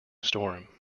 storm